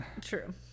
True